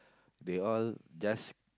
they all just